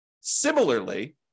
Similarly